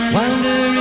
wonder